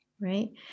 Right